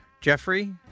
Jeffrey